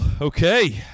Okay